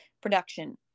production